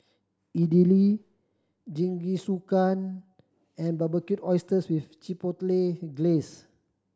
Idili Jingisukan and Barbecued Oysters with Chipotle Glaze